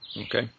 Okay